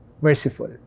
merciful